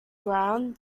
ground